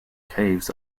caves